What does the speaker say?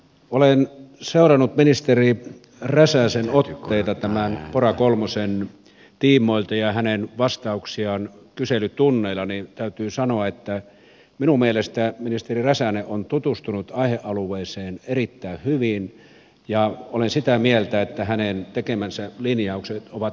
olen seurannut ministeri räsäsen otteita tämän pora kolmosen tiimoilta ja hänen vastauksiaan kyselytunneilla ja täytyy sanoa että minun mielestä ministeri räsänen on tutustunut aihealueeseen erittäin hyvin ja olen sitä mieltä että hänen tekemänsä linjaukset ovat aivan oikeita